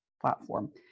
platform